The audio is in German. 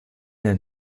ein